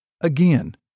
Again